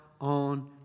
on